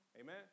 Amen